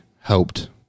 helped